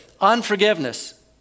unforgiveness